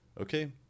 okay